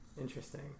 interesting